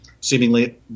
seemingly